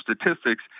statistics